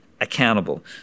accountable